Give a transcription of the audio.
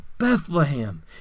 Bethlehem